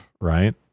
right